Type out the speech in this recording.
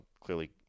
clearly